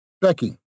Becky